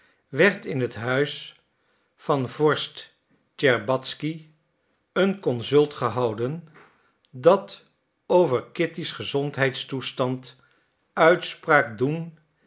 werd in het huis van vorst tscherbatzky een consult gehouden dat over kitty's gezondheidstoestand uitspraak doen